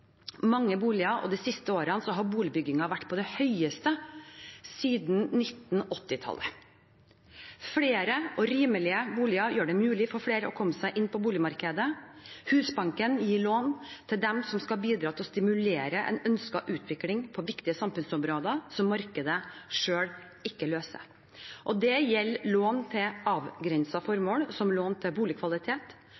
mange boliger, og de siste årene har boligbyggingen vært på det høyeste nivået siden 1980-tallet. Flere og rimeligere boliger gjør det mulig for flere å komme seg inn på boligmarkedet. Husbanken gir lån til dem som skal bidra til å stimulere en ønsket utvikling på viktige samfunnsområder som markedet selv ikke løser. Det gjelder lån til